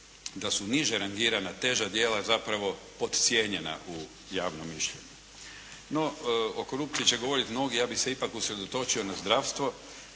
da su niže rangirana teža djela zapravo podcijenjena u javnom mišljenju. No o korupciji će govoriti mnogi. Ja bih se ipak usredotočio na zdravstvo